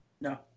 No